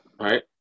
Right